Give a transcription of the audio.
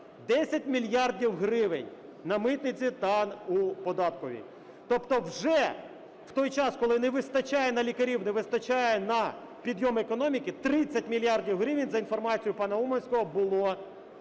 10 мільярдів гривень на митниці та у податковій. Тобто вже в той час, коли не вистачає на лікарів, не вистачає на підйом економіки 30 мільярдів гривень, за інформацією пана Уманського, було вкрадено.